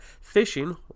fishing